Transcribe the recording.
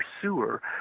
pursuer